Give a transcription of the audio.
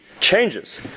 changes